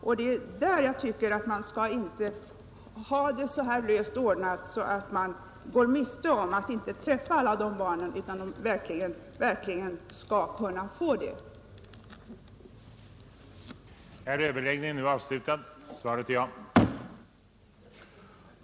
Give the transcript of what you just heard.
Jag vidhåller att man ej kan ha det så löst ordnat att man inte når alla barn, utan vi måste se till att alla kommer med.